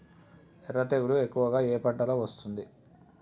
ఎర్ర తెగులు ఎక్కువగా ఏ పంటలో వస్తుంది?